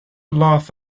laugh